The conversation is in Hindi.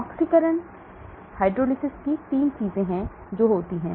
ऑक्सीकरण कमी हाइड्रोलिसिस ये 3 चीजें हैं जो होती हैं